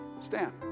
Stand